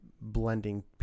blending